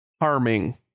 harming